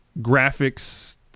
graphics